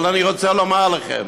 אבל אני רוצה לומר לכם